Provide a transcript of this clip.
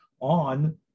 on